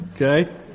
okay